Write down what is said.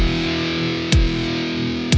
the